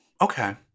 Okay